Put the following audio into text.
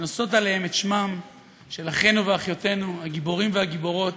שנושאות עליהן את שמם של אחינו ואחיותינו הגיבורים והגיבורות